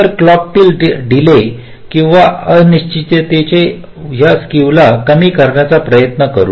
तर क्लॉकतील डीले किंवा अनिश्चिततेचा या स्केवला कमी करण्याचा प्रयत्न करू